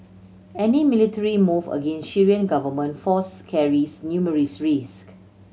any military move against Syrian government force carries numerous risk